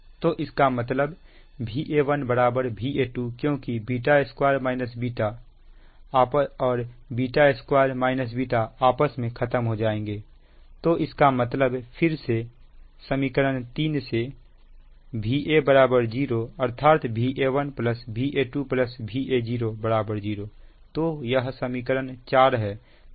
तो इसका मतलब यह Va1Va2 क्योंकि β2 β β2 β आपस में खत्म हो जाएंगे तो इसका मतलब फिर से समीकरण 3 से Va 0 अर्थात Va1Va2Va0 0 तो यह समीकरण 4 है